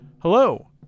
Hello